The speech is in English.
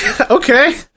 Okay